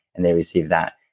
and they received that.